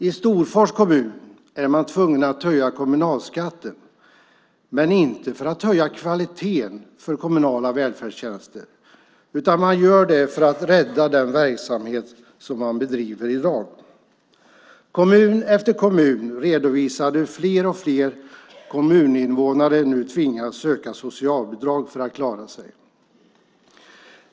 I Storfors kommun är man tvungen att höja kommunalskatten, inte för att höja kvaliteten på kommunala välfärdstjänster utan för att rädda den verksamhet som man bedriver i dag. Kommun efter kommun redovisade hur fler och fler kommuninvånare nu tvingas söka socialbidrag för att klara sig.